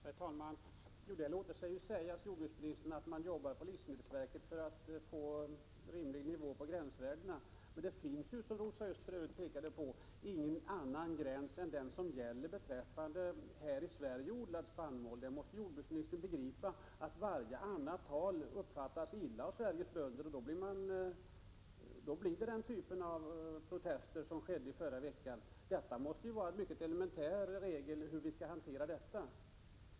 Herr talman! Det låter sig sägas, jordbruksministern, att man jobbar på livsmedelsverket för att få en rimlig nivå på gränsvärdena. Men det finns ju, som Rosa Östh påpekade, ingen annan gräns än den som gäller beträffande här i Sverige odlad spannmål. Jordbruksministern måste begripa att varje annat tal uppfattas illa av Sveriges bönder, och följden blir den typen av protester som förekom i förra veckan. Det måste finnas en mycket elementär regel för hur vi skall hantera detta.